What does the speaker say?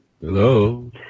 Hello